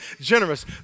generous